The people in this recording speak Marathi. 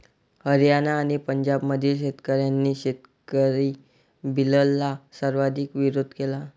हरियाणा आणि पंजाबमधील शेतकऱ्यांनी शेतकरी बिलला सर्वाधिक विरोध केला